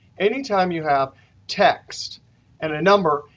anytime you have text and a number,